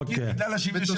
והיא לא חוקית בגלל ה-77-78.